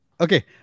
Okay